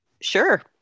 Sure